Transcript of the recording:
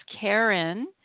Karen